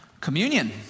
Communion